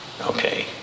Okay